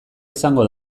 izango